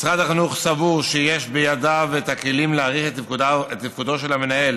משרד החינוך סבור שיש בידיו את הכלים להעריך את תפקודו של המנהל